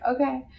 okay